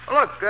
Look